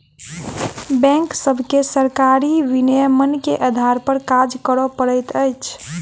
bank सभके सरकारी विनियमन के आधार पर काज करअ पड़ैत अछि